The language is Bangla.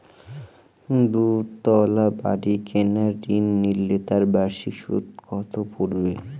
দুতলা বাড়ী কেনার ঋণ নিলে তার বার্ষিক সুদ কত পড়বে?